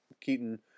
Keaton